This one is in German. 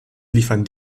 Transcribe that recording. liefern